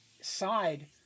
side